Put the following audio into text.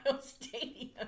Stadium